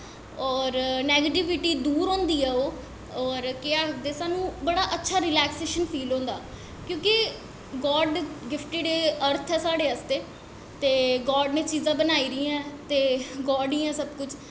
होर नैगिटिविटी दूर होंदी ऐ होर केह् आखदे सानूं बड़ा अच्छा रिलैक्सेशन फील होंदा क्योंकि गाड़ गिफटिड अर्थ ऐ साढ़े आस्तै ते गाड़ चीजां बनाई दियां न सब कुछ ते गाड़ ही ऐ सब कुछ